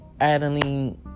Adeline